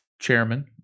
chairman